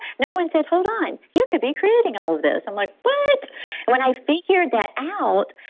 no one said, hold on, you could be creating all of this. i'm like, what? and when i figured that out,